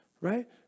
Right